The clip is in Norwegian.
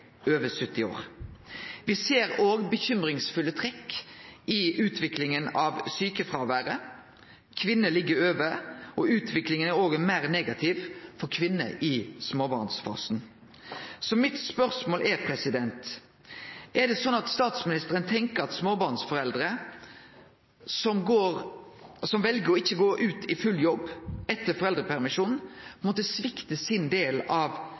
over 70 år. Me ser òg bekymringsfulle trekk i utviklinga når det gjeld sjukefråveret. Kvinnefråveret ligg over gjennomsnittet, og utviklinga er meir negativ for kvinner i småbarnsfasen. Mitt spørsmål er: Tenkjer statsministeren at småbarnsforeldre som vel ikkje å gå ut i full jobb etter foreldrepermisjonen, på ein måte sviktar sin del av